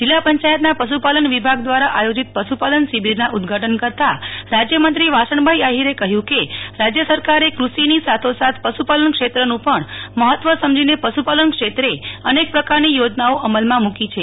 જિલ્લા પંચાયતના પશુપાલન વિભાગ દ્વારા આયોજિત પશુપાલન શિબિરના ઉદ્દઘાટન કરતાં રાજ્યમંત્રી વાસણભાઇ આફિરે કહયું કે રાજ્ય સરકારે કૃષિની સાથો સાથ પશુપાલન ક્ષેત્રનું પણ મફત્વ સમજીને પશુપાલન ક્ષેત્રે અનેક પ્રકારની યોજનાઓ અમલમાં મુકી છે